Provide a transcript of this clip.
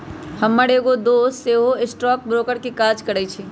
हमर एगो दोस सेहो स्टॉक ब्रोकर के काज करइ छइ